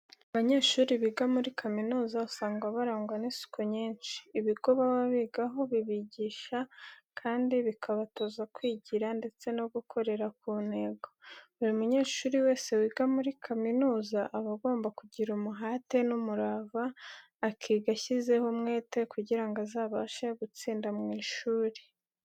Abanyeshuri biga muri kaminuza usanga barangwa n'isuku nyinshi. Ibigo baba bigaho bibigisha kandi bikabatoza kwigira ndetse no gukorera ku ntego. Buri munyeshuri wese wiga muri kaminuza, aba agomba kugira umuhate n'umurava akiga ashyizeho umwete kugira ngo azabashe gutsinda mu ishuri.